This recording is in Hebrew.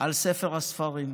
על ספר הספרים.